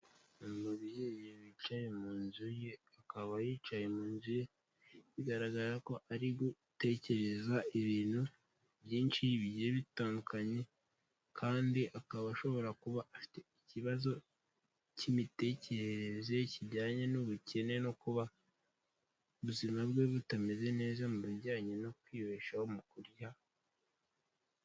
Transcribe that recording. Umubyeyi wicaye mu nzu ye, akaba yicaye mu nzu ye bigaragara ko ari gutekereza ibintu byinshi bigiye bitandukanye, kandi akaba ashobora kuba afite ikibazo cy'imitekerereze kijyanye n'ubukene no kuba, ubuzima bwe butameze neza mu bijyanye no kwibeshaho mu kurya.